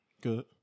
Good